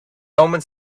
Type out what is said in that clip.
omens